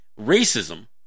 racism